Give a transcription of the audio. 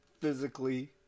physically